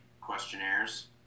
questionnaires